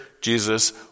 Jesus